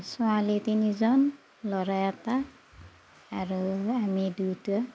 ছোৱালী তিনিজন ল'ৰা এটা আৰু আমি দুয়োটা